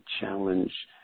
challenge